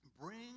Bring